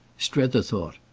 strether thought.